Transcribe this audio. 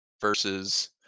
versus